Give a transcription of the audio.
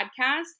podcast